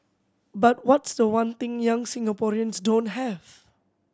but what's the one thing young Singaporeans don't have